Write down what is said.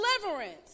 deliverance